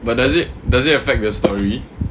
but does it does it affect the story